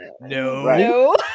No